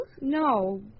No